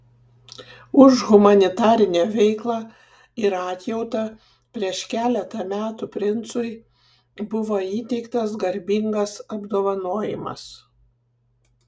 už humanitarinę veiklą ir atjautą prieš keletą metų princui buvo įteiktas garbingas apdovanojimas